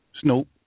Snoop